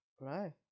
right